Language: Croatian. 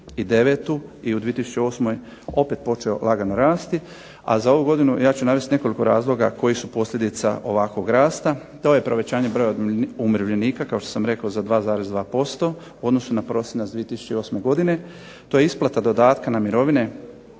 2009. i u 2008. opet počeo lagano rasti. A za ovu godinu ja ću navesti nekoliko razloga koji su posljedica ovakvog rasta. To je povećanje broja umirovljenika kao što sam rekao za 2,2% u odnosu na prosinac 2008. godine, to je isplata dodatka na mirovine